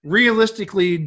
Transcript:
realistically